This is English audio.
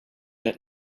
that